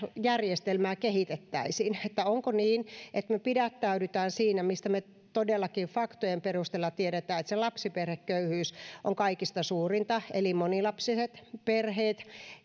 järjestelmää kehitettäisiin onko niin että pidättäydytään siinä mistä me todellakin faktojen perusteella tiedetään että lapsiperheköyhyys on kaikista suurinta eli monilapsiset perheet